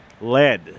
lead